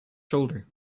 shoulder